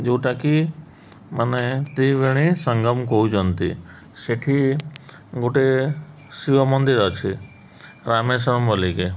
ଯେଉଁଟାକି ମାନେ ତ୍ରିବେଣୀ ସଙ୍ଗମ କହୁଛନ୍ତି ସେଠି ଗୋଟେ ଶିବ ମନ୍ଦିର ଅଛି ରାମେଶ୍ୱରମ ବୋଲି